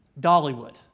Dollywood